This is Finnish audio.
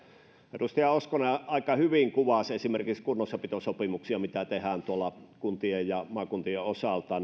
edustaja hoskonen aika hyvin kuvasi esimerkiksi kunnossapitosopimuksia mitä tehdään tuolla kuntien ja maakuntien osalta